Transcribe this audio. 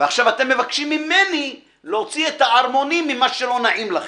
ועכשיו אתם מבקשים ממני להוציא את הערמונים ממה שלא נעים לכם.